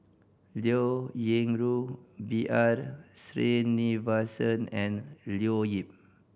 Liao Yingru B R Sreenivasan and Leo Yip